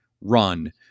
run